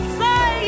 say